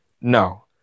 No